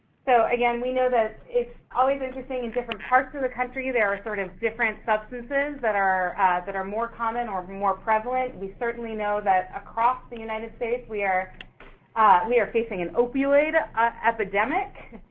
so again, we know that it's always interesting in different parts of the country there are sort of different substances that are that are more common or more prevalent. we certainly know that across the united states we are we are facing an opioid epidemic